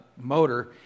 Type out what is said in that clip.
motor